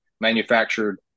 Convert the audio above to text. manufactured